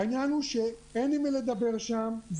העניין הוא שאין עם מי לדבר שם.